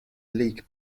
league